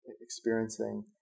experiencing